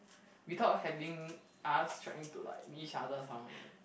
without having us trying to like meet each other somewhere